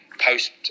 post